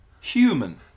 human